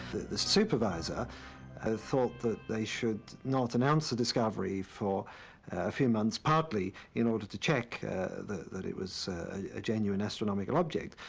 the supervisor ah thought that they should not announce the discovery for a few months, partly in order to check the that it was a genuine astronomic object.